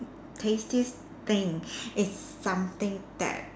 tastiest thing is something that